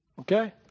Okay